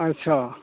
अच्छा